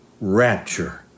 rapture